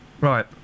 Right